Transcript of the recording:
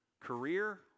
career